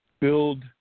build